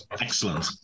Excellent